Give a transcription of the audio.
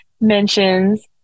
mentions